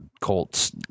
Colts